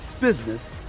business